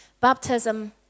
Baptism